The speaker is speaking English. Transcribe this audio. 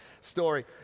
story